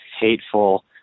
hateful